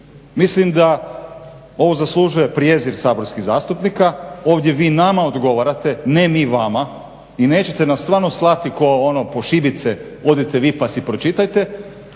Mislim da ovo zaslužuje prijezir saborskih zastupnika, ovdje vi nama odgovarate, ne mi vama i nećete nas … slati ko ono po šibice, odite vi pa si pročitajte.